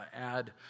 add